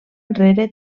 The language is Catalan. enrere